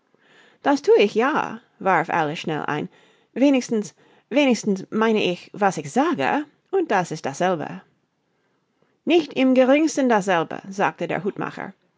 das thue ich ja warf alice schnell ein wenigstens wenigstens meine ich was ich sage und das ist dasselbe nicht im geringsten dasselbe sagte der hutmacher